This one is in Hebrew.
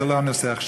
זה לא הנושא עכשיו.